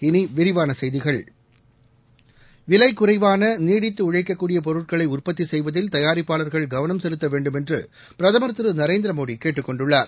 இனி விரிவான செய்திகள் விலை குறைவான நீடித்து உழைக்கக் கூடிய பொருட்களை உற்பத்தி செய்வதில் தயாரிப்பாளர்கள் கவனம் செலுத்த வேண்டும் என்று பிரதமர் திரு நரேந்திர மோடி கேட்டுக்கொண்டுள்ளார்